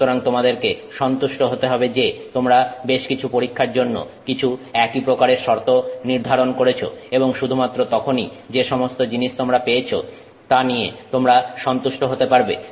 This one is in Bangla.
সুতরাং তোমাদেরকে সন্তুষ্ট হতে হবে যে তোমরা বেশ কিছু পরীক্ষার জন্য কিছু একই প্রকারের শর্ত নির্ধারণ করেছে এবং শুধুমাত্র তখনই যে সমস্ত জিনিস তোমরা পেয়েছ তা নিয়ে তোমরা সন্তুষ্ট হতে পারবে